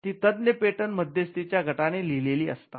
ती तज्ञ पेटंट मध्यस्थी च्या गटाने लिहिली असतात